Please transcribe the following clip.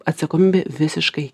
atsakomybė visiškai